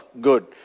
good